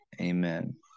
Amen